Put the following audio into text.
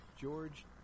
George